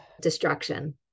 destruction